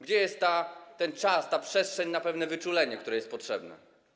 Gdzie jest ten czas, ta przestrzeń na pewne wyczulenie, które jest potrzebne?